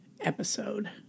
episode